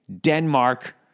Denmark